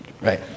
Right